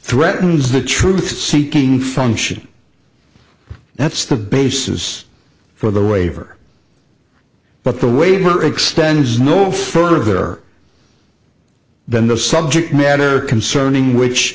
threatens the truth seeking function that's the basis for the waiver but the waiver extends no further then the subject matter concerning which